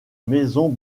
maisons